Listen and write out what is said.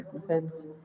defense